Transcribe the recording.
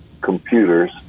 computers